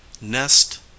Nest